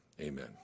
amen